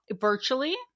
virtually